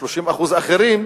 30% אחרים,